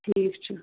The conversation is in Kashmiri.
ٹھیٖک چھُ